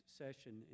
session